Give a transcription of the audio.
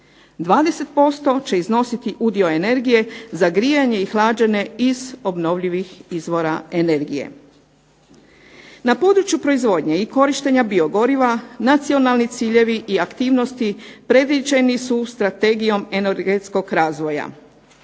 20% će iznositi udio energije za grijanje i hlađenje iz obnovljivih izvora energije. Na području proizvodnje i korištenja biogoriva nacionalni ciljevi i aktivnosti predviđeni su strategijom energetskog razvoja.